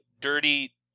dirty